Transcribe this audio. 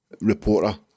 reporter